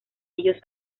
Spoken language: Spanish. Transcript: ellos